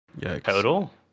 Total